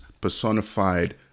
personified